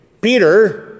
Peter